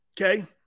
Okay